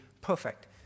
perfect